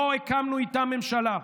לא הקמנו איתם ממשלה,